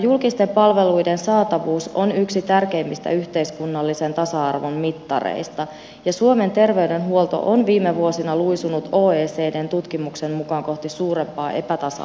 julkisten palveluiden saatavuus on yksi tärkeimmistä yhteiskunnallisen tasa arvon mittareista ja suomen terveydenhuolto on viime vuosina luisunut oecdn tutkimuksen mukaan kohti suurempaa epätasa arvoa